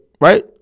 right